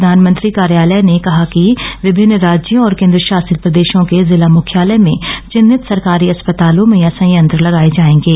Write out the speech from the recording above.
प्रधानमंत्री कार्यालय ने कहा है कि विभिन्न राज्यों और केंद्र शासित प्रदेशों के जिला मुख्यालय में चिन्हित सरकारी अस्पतालों में यह संयंत्र लगाए जाएंगे